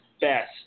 best